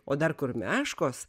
o dar kur meškos